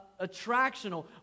attractional